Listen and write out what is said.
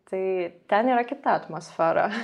tai ten yra kita atmosfera